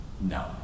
No